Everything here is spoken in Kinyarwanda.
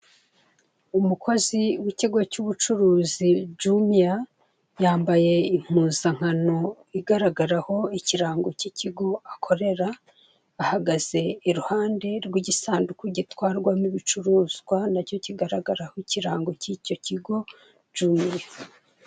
Umukozi w'ikigo cy'ubucuruzi jumiya yambaye impuzankano igaragaraho ikirango k'ikigo akorera ahagaze irugande rw'igisanduka gitwarwamo ibicuruzwa nacyo kigaragaraho ikirango k'icyo kigo jumiya.